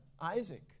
Isaac